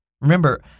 Remember